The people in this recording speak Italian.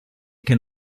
che